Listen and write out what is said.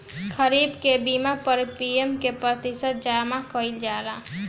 खरीफ के बीमा प्रमिएम क प्रतिशत जमा कयील जाला?